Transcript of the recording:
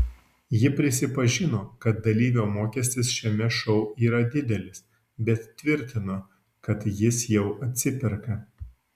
ji prisipažino kad dalyvio mokestis šiame šou yra didelis bet tvirtino kad jis jau atsiperka